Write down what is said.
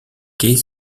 quais